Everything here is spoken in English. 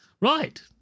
right